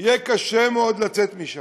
יהיה קשה מאוד לצאת משם.